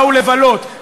באו לבלות,